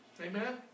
Amen